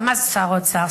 מה שר האוצר,